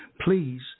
Please